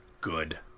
Good